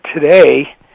today